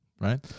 right